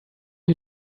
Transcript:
you